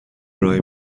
ارائه